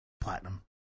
platinum